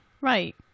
Right